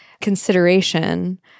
consideration